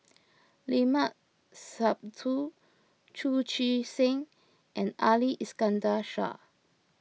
Limat Sabtu Chu Chee Seng and Ali Iskandar Shah